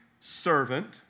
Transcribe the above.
servant